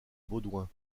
baudouin